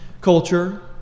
culture